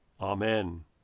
Amen